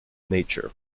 nature